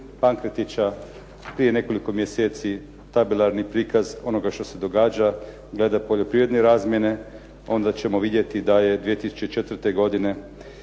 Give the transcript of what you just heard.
Pankretića prije nekoliko mjeseci tabelarni prikaz onoga što se događa glede poljoprivredne razmjene onda ćemo vidjeti da je 2003. godine